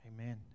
Amen